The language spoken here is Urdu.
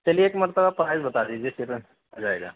چلیے ایک مرتبہ پرائز بتا دیجیے پھر ہو جائے گا